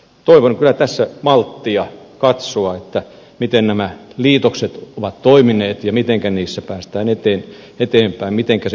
toivon kyllä tässä malttia katsoa miten nämä liitokset ovat toimineet ja mitenkä niissä päästään eteenpäin ja mitenkä se palvelurakenne toimii